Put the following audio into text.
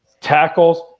tackles